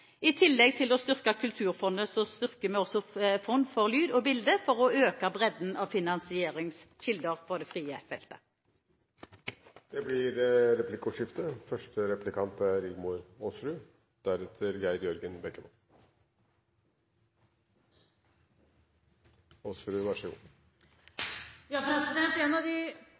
I tillegg til å styrke Kulturfondet styrker vi også Fond for lyd og bilde for å øke bredden av finansieringskilder for det frie feltet. Det blir replikkordskifte. En av de